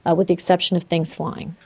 ah with the exception of things flying.